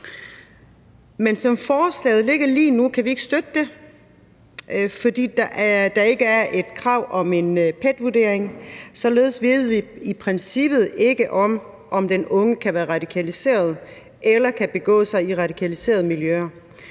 Men som forslaget ligger lige nu, kan vi ikke støtte det, fordi der ikker er et krav om en PET-vurdering. Således ved vi i princippet ikke, om den unge kan være radikaliseret eller begår sig i radikaliserede miljøer.